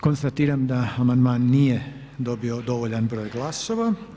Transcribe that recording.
Konstatiram da amandman nije dobio dovoljan broj glasova.